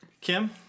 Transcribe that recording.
Kim